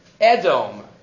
Edom